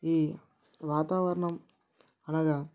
ఈ వాతావరణం అనగా